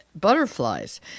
butterflies